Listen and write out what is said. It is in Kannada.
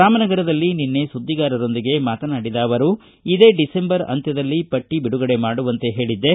ರಾಮನಗರದಲ್ಲಿ ನಿನ್ನೆ ಸುದ್ದಿಗಾರರೊಂದಿಗೆ ಮಾತನಾಡಿದ ಅವರು ಇದೇ ಡಿಸೆಂಬರ್ ಅಂತ್ತದಲ್ಲಿ ಪಟ್ಟ ಬಿಡುಗಡೆ ಮಾಡುವಂತೆ ಹೇಳಿದ್ದೆ